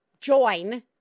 join